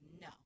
no